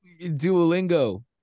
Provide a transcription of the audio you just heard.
Duolingo